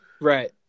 Right